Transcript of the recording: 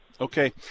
okay